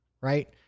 right